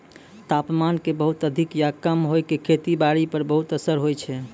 तापमान के बहुत अधिक या कम होय के खेती बारी पर बहुत असर होय छै